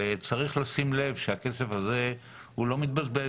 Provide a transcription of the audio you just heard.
צריך לשים לב שהכסף הזה לא מתבזבז,